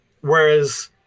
Whereas